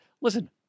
Listen